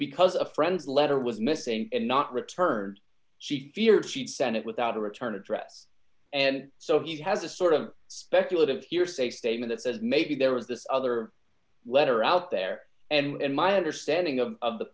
because a friend's letter was missing and not returned she feared she'd sent it without a return address and so he has a sort of speculative hearsay statement says maybe there was this other letter out there and my understanding of